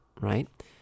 right